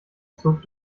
zog